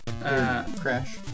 Crash